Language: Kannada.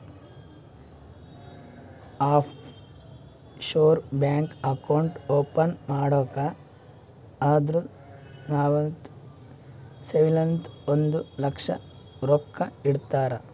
of sure bank account open ಮಾಡ್ಬೇಕ್ ಅಂದುರ್ ನಲ್ವತ್ತ್ ಸಾವಿರಲಿಂತ್ ಒಂದ್ ಲಕ್ಷ ರೊಕ್ಕಾ ಇಡಬೇಕ್